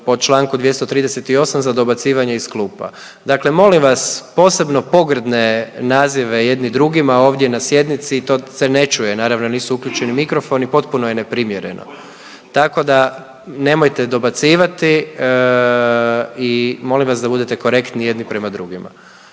po članku 238. za dobacivanje iz klupa. Dakle, molim vas posebno pogrdne nazive jedni drugima ovdje na sjednici to se ne čuje naravno jer nisu uključeni mikrofoni potpuno je neprimjereno, tako da nemojte dobacivati i molim vas da budete korektni jedni prema drugima.